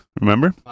Remember